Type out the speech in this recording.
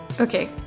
Okay